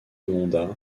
honda